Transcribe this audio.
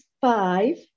five